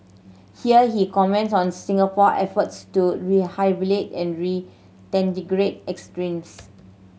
here he comments on Singapore efforts to rehabilitate and extremists